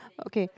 okay